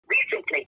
Recently